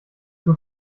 tut